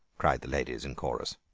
cried the ladies in chorus.